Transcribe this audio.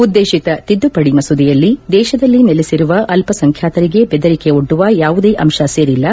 ಉದ್ದೇಶಿತ ತಿದ್ದುಪಡಿ ಮಸೂದೆಯಲ್ಲಿ ದೇಶದಲ್ಲಿ ನೆಲೆಸಿರುವ ಅಲ್ಲ ಸಂಖ್ಯಾತರಿಗೆ ಬೆದರಿಕೆವೊಡ್ಡುವ ಯಾವುದೇ ಅಂಶ ಸೇರಿಲ್ಲ